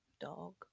dog